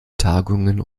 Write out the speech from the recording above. tagungen